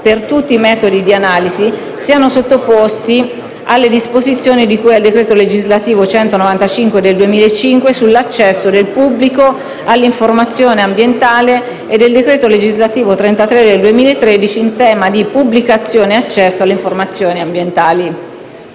per tutti i metodi di analisi, siano sottoposti alle disposizioni di cui al decreto legislativo 19 agosto 2005, n. 195, sull'accesso del pubblico all'informazione ambientale e del decreto legislativo 14 marzo 2013, n. 33 in tema di pubblicazione e accesso alle informazioni ambientali.